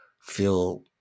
feel